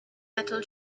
metal